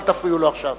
אל תפריעו לו עכשיו.